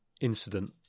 incident